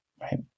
right